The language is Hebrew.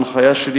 בהנחייתי,